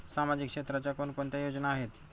सामाजिक क्षेत्राच्या कोणकोणत्या योजना आहेत?